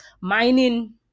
mining